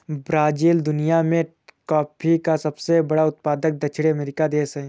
Brazil दुनिया में coffee का सबसे बड़ा उत्पादक दक्षिणी अमेरिकी देश है